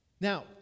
Now